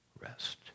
rest